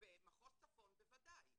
במחוז צפון, בוודאי.